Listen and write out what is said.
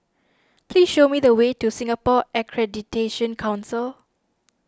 please show me the way to Singapore Accreditation Council